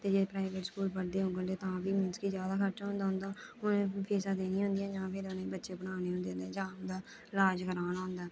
ते जे private school पढ़दे होङन ते तां बी मींस कि जैदा खर्चा होंदा उं'दा उ'नें फीसां देनियां होंदियां जां फिर उ'नें बच्चे पढ़ाने होंदे न जां ईलाज कराना होंदा ऐ